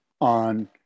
on